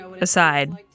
aside